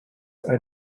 ein